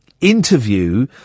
interview